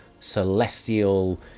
Celestial